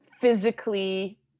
physically